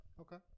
Okay